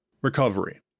Recovery